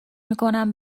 میکنم